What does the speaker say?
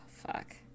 fuck